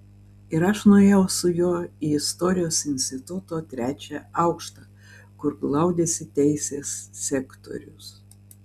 ir aš nuėjau su juo į istorijos instituto trečią aukštą kur glaudėsi teisės sektorius